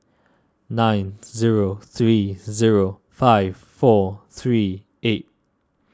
nine zero three zero five four three eight